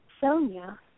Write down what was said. Sonia